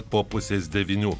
po pusės devynių